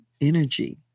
energy